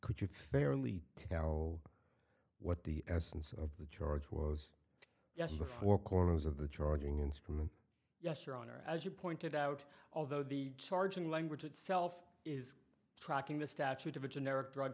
could you fairly tell what the essence of the charge was yes the four corners of the charging instrument yes your honor as you pointed out although the charging language itself is tracking the statute of a generic drug